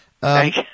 Thank